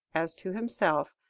as to himself,